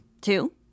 Two